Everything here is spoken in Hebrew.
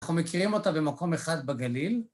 אנחנו מכירים אותה במקום אחד בגליל.